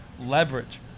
leverage